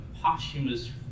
posthumous